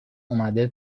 اومده